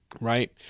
right